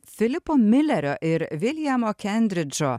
filipo milerio ir viljamo kendridžo